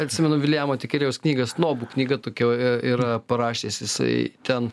atsimenu viljamo tikerėjaus knyga snobų knyga tokia ir parašęs jisai ten